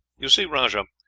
you see, rajah,